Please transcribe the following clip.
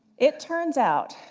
it turns out,